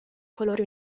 colori